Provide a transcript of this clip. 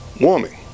warming